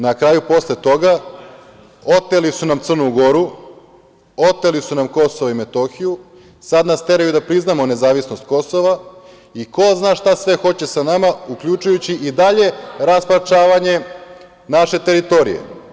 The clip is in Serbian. Na kraju, oteli su nam Crnu Goru, oteli su nam Kosovo i Metohiju, sad nas teraju da priznamo nezavisnost Kosova i ko zna šta sve hoće sa nama, uključujući i dalje rasparčavanje naše teritorije.